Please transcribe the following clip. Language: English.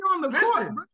listen